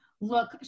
look